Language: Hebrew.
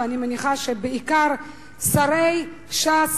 ואני מניחה שבעיקר שרי ש"ס